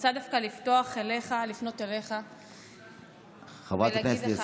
רוצה דווקא לפנות אליך ולהגיד לך,